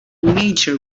miniature